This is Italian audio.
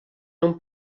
non